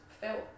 felt